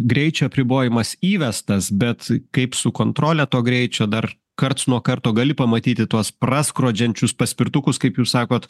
greičio apribojimas įvestas bet kaip su kontrole to greičio dar karts nuo karto gali pamatyti tuos praskrodžiančius paspirtukus kaip jūs sakot